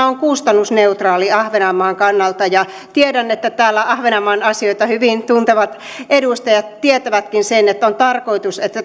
on kustannusneutraali ahvenanmaan kannalta tiedän että täällä ahvenanmaan asioita hyvin tuntevat edustajat tietävätkin sen että on tarkoitus että